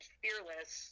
fearless